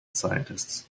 scientists